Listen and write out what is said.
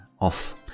off